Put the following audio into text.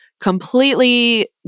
completely